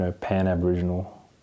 pan-Aboriginal